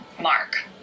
Mark